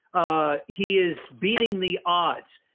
ah he is beating the odds.